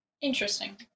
Interesting